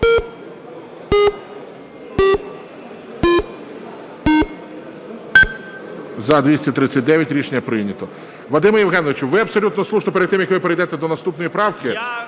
За-239 Рішення прийнято. Вадиме Євгеновичу, ви абсолютно слушно перед тим, як ви перейдете до наступної правки…